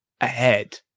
ahead